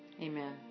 Amen